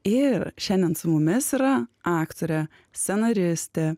ir šiandien su mumis yra aktorė scenaristė